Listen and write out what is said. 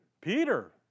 Peter